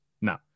No